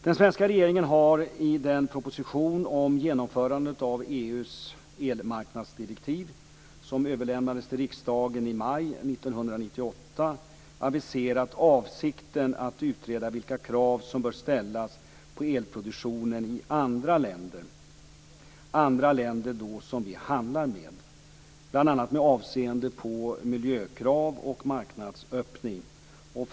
Den svenska regeringen har i den proposition om genomförandet av EU:s elmarknadsdirektiv (prop. 1998 aviserat avsikten att utreda vilka krav som bör ställas på elproduktionen i andra länder som vi handlar med, bl.a. med avseende på miljökrav och marknadsöppning.